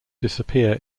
disappear